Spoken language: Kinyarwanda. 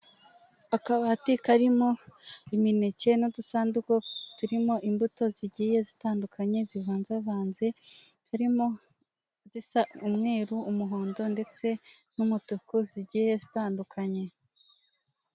akabati karimo imineke n'udusanduku turimo imbuto zigiye zitandukanye zivanzavanze harimo izisa umweru, umuhondo ndetse n'umutuku zigiye zitandukanye